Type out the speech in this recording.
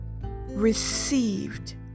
received